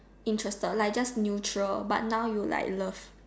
interested like but neutral but now you like love